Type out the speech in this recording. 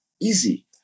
easy